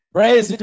Praise